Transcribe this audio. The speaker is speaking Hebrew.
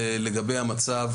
לגבי המצב